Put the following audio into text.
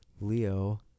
Leo